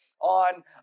on